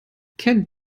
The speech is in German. kennt